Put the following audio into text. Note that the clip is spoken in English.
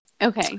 Okay